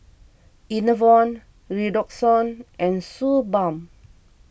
Enervon Redoxon and Suu Balm